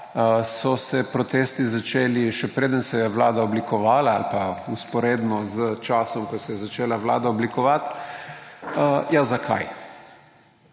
so se protesti začeli, še preden se je vlada oblikovala ali pa vzporedno s časom, ko se je začela vlada oblikovati. Ja, zakaj?